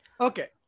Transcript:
Okay